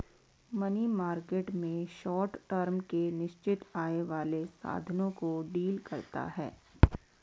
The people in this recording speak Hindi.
मनी मार्केट में शॉर्ट टर्म के निश्चित आय वाले साधनों को डील करता है